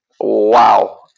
Wow